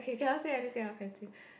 you cannot say anything or can say